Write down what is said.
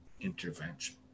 intervention